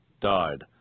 died